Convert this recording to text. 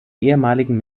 ehemaligen